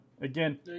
Again